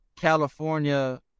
California